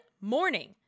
morning